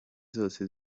zose